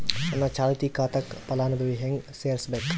ನನ್ನ ಚಾಲತಿ ಖಾತಾಕ ಫಲಾನುಭವಿಗ ಹೆಂಗ್ ಸೇರಸಬೇಕು?